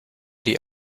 die